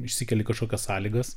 išsikeli kažkokias sąlygas